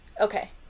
Okay